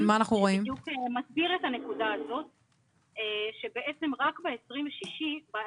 הוא מסביר את הנקודה הזאת שרק ב-26 בדצמבר,